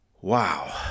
Wow